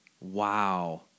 Wow